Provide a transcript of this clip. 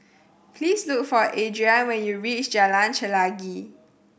please look for Adrianne when you reach Jalan Chelagi